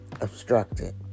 obstructed